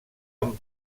han